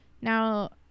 now